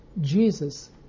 Jesus